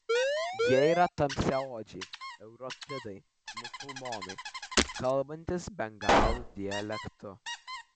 jie yra tamsiaodžiai europidai musulmonai kalbantys bengalų dialektu